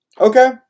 Okay